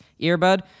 earbud